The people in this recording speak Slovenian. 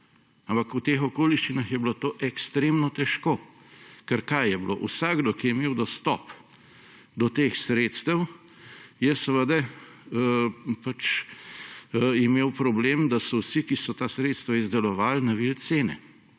ampak v teh okoliščinah je bilo to ekstremno težko. Ker kaj je bilo? Vsakdo, ki je imel dostop do teh sredstev, je seveda imeli problem, da so vsi, ki so ta sredstva izdelovali, navili cene,